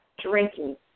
drinking